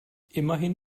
immerhin